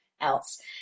else